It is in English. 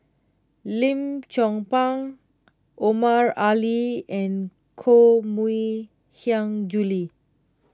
Lim Chong Pang Omar Ali and Koh Mui Hiang Julie